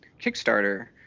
Kickstarter